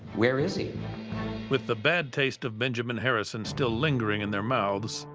where is with the bad taste of benjamin harrison still lingering in their mouths,